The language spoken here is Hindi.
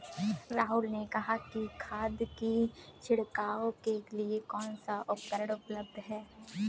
राहुल ने कहा कि खाद की छिड़काव के लिए कौन सा उपकरण उपलब्ध है?